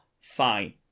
Fine